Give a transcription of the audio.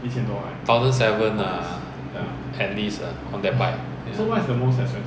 thousand seven lah at least ah on that bike